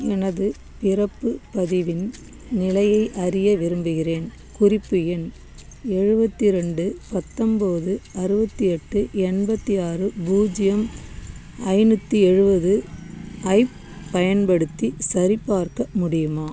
எனது பிறப்பு பதிவின் நிலையை அறிய விரும்புகின்றேன் குறிப்பு எண் எழுபத்தி ரெண்டு பத்தொம்போது அறுபத்தி எட்டு எண்பத்தி ஆறு பூஜ்ஜியம் ஐநூற்றி எழுபது ஐப் பயன்படுத்தி சரிபார்க்க முடியுமா